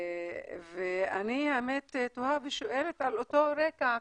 אני האמת תוהה ושואלת על אותו רקע,